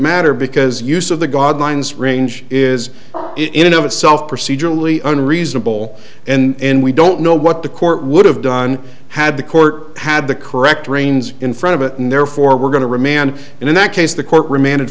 matter because use of the god lines range is in of itself procedurally unreasonable and we don't know what the court would have done had the court had the correct rains in front of it and therefore we're going to remand in that case the court remanded